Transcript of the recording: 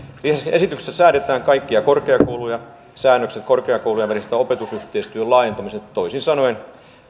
esityksessä säädetään kaikkia korkeakouluja koskevat säännökset korkeakoulujen välisen opetusyhteistyön laajentamisesta toisin sanoen